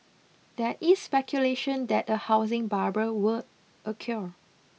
there is speculation that a housing bubble were a cure